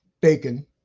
bacon